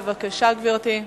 בבקשה, גברתי.